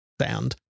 Sound